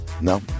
No